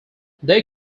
they